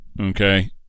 okay